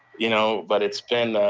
you know but it's been